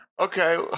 Okay